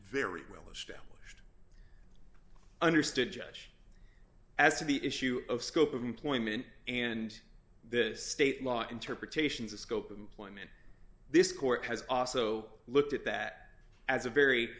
very well established understood judge as to the issue of scope of employment and the state law interpretations of scope of employment this court has also looked at that as a very